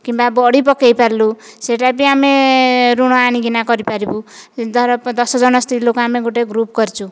କିମ୍ବା ବଡ଼ି ପକେଇ ପାରିଲୁ ସେଇଟା ବି ଆମେ ଋଣ ଆଣିକିନା କରିପାରିବୁ ଧର ଦଶଜଣ ସ୍ତ୍ରୀଲୋକ ଆମେ ଗୋଟେ ଗ୍ରୁପ୍ କରିଛୁ